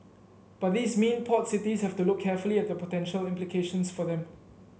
but these mean port cities have to look carefully at the potential implications for them